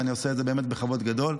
ואני עושה את זה בכבוד גדול.